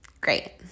Great